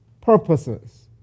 purposes